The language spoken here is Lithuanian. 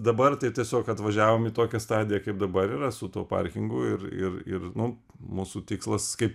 dabar tai tiesiog atvažiavom į tokią stadiją kaip dabar yra su tuo parkingu ir ir ir nu mūsų tikslas kaip